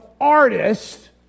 artist